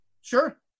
Sure